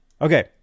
Okay